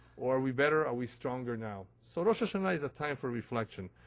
or are we better, are we stronger now? so rosh hashanah is a time for reflection.